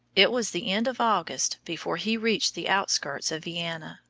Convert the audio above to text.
it was the end of august before he reached the outskirts of vienna.